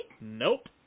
Nope